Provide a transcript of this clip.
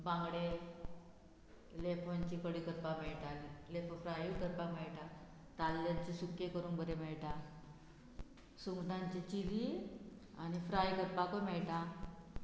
बांगडे लेफांची कडी करपाक मेळटा लेपो फ्रायूय करपाक मेळटा तालद्यांचे सुके करूंक बरें मेळटा सुंगटांची चिली आनी फ्राय करपाकूय मेळटा